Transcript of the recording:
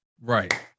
Right